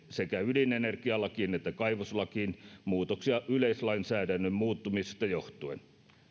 sekä ydinenergialakiin että kaivoslakiin muutoksia yleislainsäädännön muuttumisesta johtuen